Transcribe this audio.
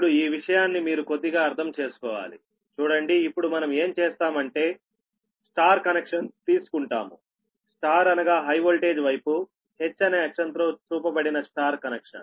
ఇప్పుడు ఈ విషయాన్ని మీరు కొద్దిగా అర్థం చేసుకోవాలి చూడండి ఇప్పుడు మనం ఏం చేస్తాం అంటేY కనెక్షన్ తీసుకుంటాముY అనగా హై వోల్టేజ్ వైపు H అనే అక్షరంతో చూపబడిన Y కనెక్షన్